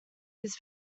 his